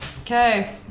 Okay